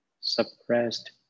suppressed